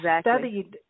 studied